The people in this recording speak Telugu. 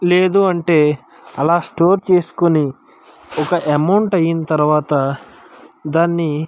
లేదు అంటే అలా స్టోర్ చేసుకోని ఒక అమౌంట్ అయిన తర్వాత దాన్ని